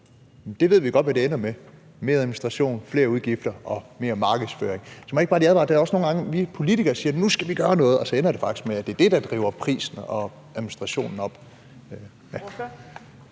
det ved vi godt hvad ender med, nemlig mere administration, flere udgifter og mere markedsføring. Så det vil jeg godt lige advare mod. Der er også nogle gange, hvor vi politikere siger, at nu skal vi gøre noget, og så ender det faktisk med, at det er det, der driver prisen og administrationen op.